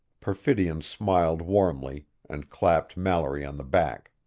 perfidion smiled warmly, and clapped mallory on the back.